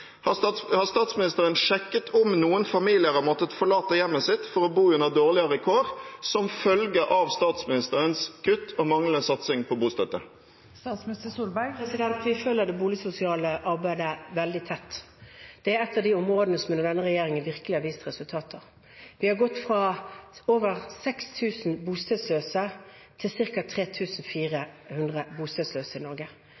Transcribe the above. Har statsministeren sjekket om noen familier har måttet forlate hjemmet sitt for å bo under dårligere kår som følge av statsministerens kutt og manglende satsing på bostøtte? Vi følger det boligsosiale arbeidet veldig tett. Det er et av de områdene som under denne regjeringen virkelig har vist resultater. Vi har gått fra over 6 000 bostedsløse til ca. 3 400 bostedsløse i Norge,